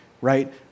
right